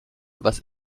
was